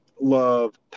love